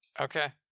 okay